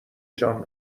جان